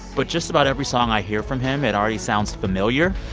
but just about every song i hear from him it already sounds familiar.